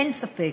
אין ספק.